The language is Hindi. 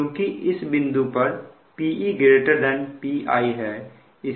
क्योंकि इस बिंदु पर Pe Pi है